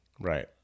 right